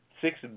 six